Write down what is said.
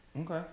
Okay